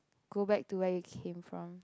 go back to where you came from